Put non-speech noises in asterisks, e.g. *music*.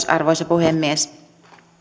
*unintelligible* arvoisa puhemies